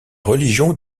religion